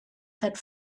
had